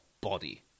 body